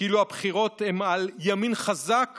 כאילו הבחירות הן על ימין חזק